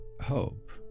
hope